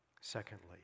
Secondly